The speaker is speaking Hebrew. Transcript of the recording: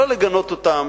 לא לגנות אותם